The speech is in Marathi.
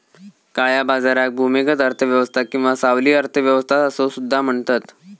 काळ्या बाजाराक भूमिगत अर्थ व्यवस्था किंवा सावली अर्थ व्यवस्था असो सुद्धा म्हणतत